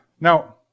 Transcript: Now